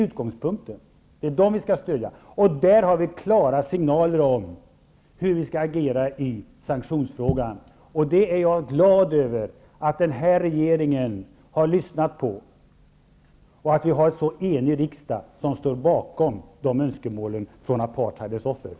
Utgångspunkten är att det är dem vi skall stödja. Där har vi klara signaler om hur vi skall agera i sanktionsfrågan, och jag är glad över att den här regeringen har lyssnat på dem och över att en så enig riksdag står bakom de önskemålen från offren för apartheid.